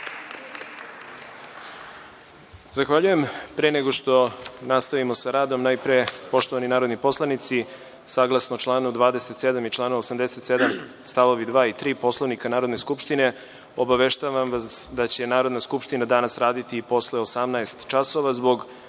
Zahvaljujem. Pre nego što nastavimo sa radom, poštovani narodni poslanici, saglasno članu 27. i članu 87. stavovi 2. i 3. Poslovnika Narodne skupštine, obaveštavam vas da će Narodna skupština danas raditi i posle 18,00 časova zbog